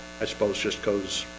i suppose just goes